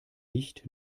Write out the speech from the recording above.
licht